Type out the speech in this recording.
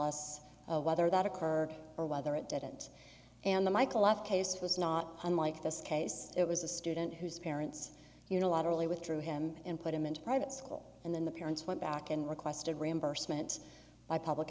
us whether that occurred or whether it didn't and the michael left case was not unlike this case it was a student whose parents unilaterally withdrew him and put him into private school and then the parents went back and requested reimbursement by public